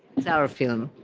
it's our film.